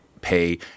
pay